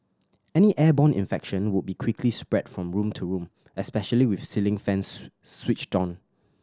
any airborne infection would be quickly spread from room to room especially with ceiling fans switched on